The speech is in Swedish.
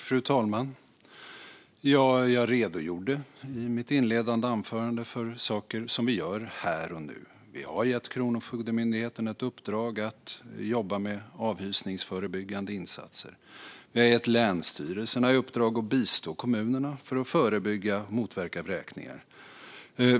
Fru talman! Jag redogjorde i mitt inledande anförande för saker som vi gör här och nu. Vi har gett Kronofogdemyndigheten ett uppdrag att jobba med avhysningsförebyggande insatser. Vi har gett länsstyrelserna i uppdrag att bistå kommunerna för att förebygga och motverka vräkningar.